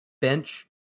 bench